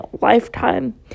lifetime